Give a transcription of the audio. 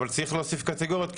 אבל צריך להוסיף קטגוריות,